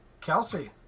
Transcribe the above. Kelsey